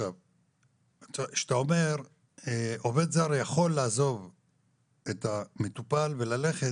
כשאתה אומר שעובד זר יכול לעזוב את המטופל וללכת,